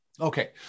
okay